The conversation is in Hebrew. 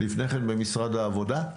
לפני כן במשרד העבודה,